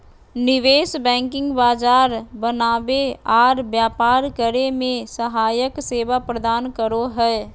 निवेश बैंकिंग बाजार बनावे आर व्यापार करे मे सहायक सेवा प्रदान करो हय